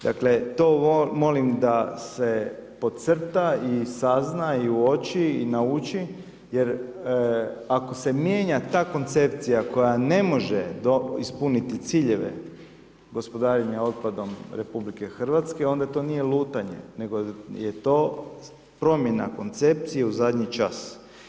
Dakle, to molim da se podcrta i sazna i uoči i nauči jer ako se mijenja ta koncepcija koja ne može ispuniti ciljeve gospodarenja otpadom RH, onda to nije lutanje, nego je to promjena koncepcije u zadnji čas.